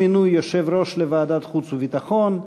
אי-מינוי יושב-ראש לוועדת החוץ והביטחון.